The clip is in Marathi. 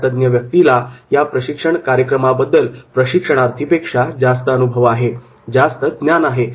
या तज्ञ व्यक्तीला या प्रशिक्षण कार्यक्रमाबद्दल प्रशिक्षणार्थीपेक्षा जास्त अनुभव आहे जास्त ज्ञान आहे